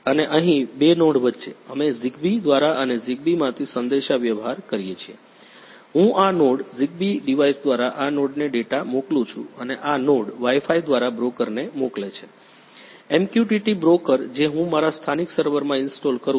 અને અહીં બે નોડ વચ્ચે અમે Zigbee દ્વારા અને Zigbee માંથી સંદેશાવ્યવહાર કરું છું હું આ નોડ Zigbee ડિવાઇસ દ્વારા આ નોડને ડેટા મોકલું છું અને આ નોડ વાઇ ફાઇ દ્વારા બ્રોકરને મોકલે છે MQTT બ્રોકર જે હું મારા સ્થાનિક સર્વરમાં ઇન્સ્ટોલ કરું છું